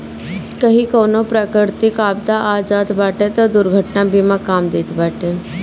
कही कवनो प्राकृतिक आपदा आ जात बाटे तअ दुर्घटना बीमा काम देत बाटे